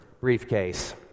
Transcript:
briefcase